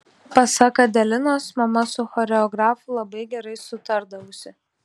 pasak adelinos mama su choreografu labai gerai sutardavusi